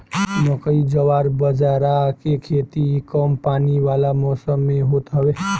मकई, जवार बजारा के खेती कम पानी वाला मौसम में होत हवे